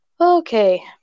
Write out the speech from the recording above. Okay